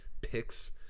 picks